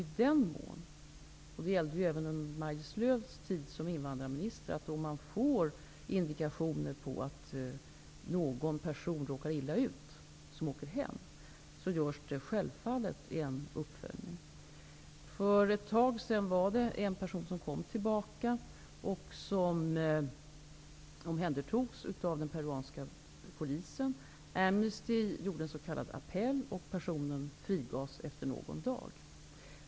I den mån man får indikationer på att någon person som åker hem råkar illa ut -- och det gällde även under Maj-Lis Lööws tid som invandrarminister -- görs det självfallet en uppföljning. För ett tag sedan var det en person som kom tillbaka till Peru och som omhändertogs av den peruanska polisen. Amnesty gjorde en s.k. appell, och personen frigavs efter någon dag.